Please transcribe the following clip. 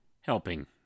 helping